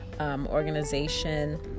organization